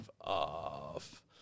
off